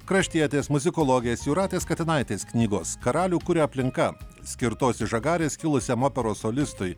kraštietės muzikologės jūratės katinaitės knygos karalių kuria aplinka skirtos iš žagarės kilusiam operos solistui